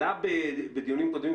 עלה בדיונים הקודמים,